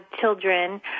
children